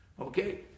okay